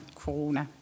corona